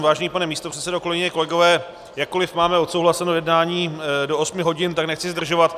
Vážený pane místopředsedo, kolegyně, kolegové, jakkoliv máme odsouhlaseno jednání do osmi hodin, tak nechci zdržovat.